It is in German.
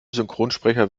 synchronsprecher